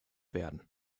werden